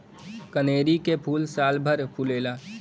कनेरी के फूल सालभर फुलेला